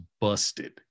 busted